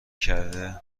کرده